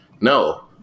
no